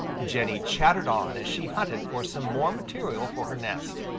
jenny chattered on as she hunted for some more material for her nest.